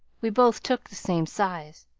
we both took the same size.